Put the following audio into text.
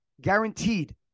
guaranteed